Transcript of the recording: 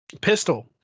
pistol